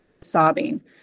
sobbing